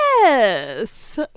Yes